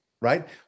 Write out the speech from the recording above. right